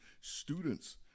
students